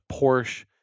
Porsche